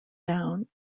down